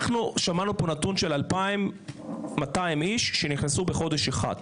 אנחנו שמענו פה נתון של 2,200 איש שנכנסו בחודש אחד.